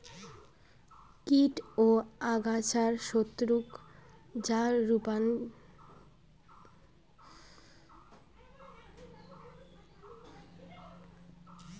কীট ও আগাছার শত্রুক যা রপ্তানির মাধ্যমত নিয়া আইসা হয় তাক প্রাকৃতিক উপায়ত না দেখি